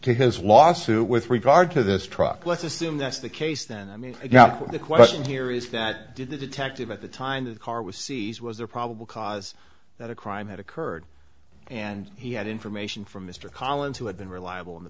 to his lawsuit with regard to this truck let's assume that's the case then i mean the question here is that the detective at the time the car was seize was a probable cause that a crime had occurred and he had information from mr collins who had been reliable in the